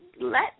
let